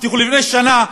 הבטיחו לפני שנה,